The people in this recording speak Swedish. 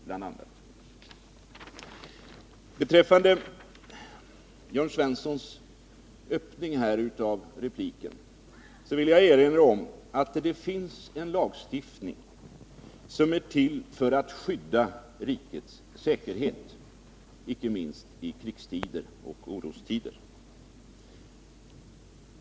Beträffande inledningen till Jörn Svenssons kritik vill jag erinra om att det finns en lagstiftning, som är till för att skydda rikets säkerhet, inte minst i krigstider och orostider.